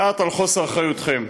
מעט על חוסר אחריותכם.